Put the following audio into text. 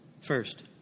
First